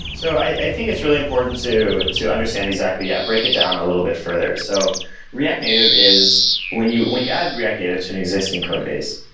so i think it's really important to so understand exactly, yeah, break it down a little bit further. so react native is when you when you add react native to an existing code base,